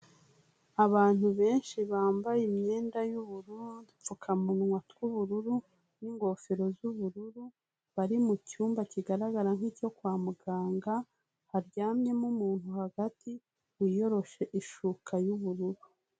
Abantu benshi bambaye imyenda y'ubururu, udupfukamunwa tw'ubururu n'ingofero z'ubururu, bari mu cyumba kigaragara nk'icyo kwa muganga haryamyemo umuntu hagati wiyoroshe ishuka y'ubururu.